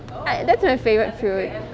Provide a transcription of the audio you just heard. i~ that's my favourite fruit